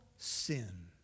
sin